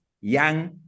young